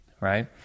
Right